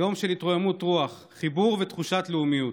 יום של התרוממות רוח, חיבור ותחושת לאומיות,